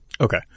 Okay